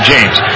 James